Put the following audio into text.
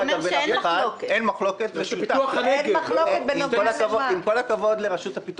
אין מחלוקת בנוגע למה?